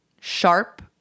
sharp